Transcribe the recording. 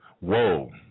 Whoa